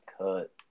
cut